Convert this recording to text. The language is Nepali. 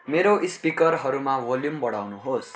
मेरो स्पिकरहरूमा भोल्युम बढाउनुहोस्